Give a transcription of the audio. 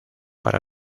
para